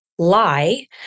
lie